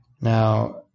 Now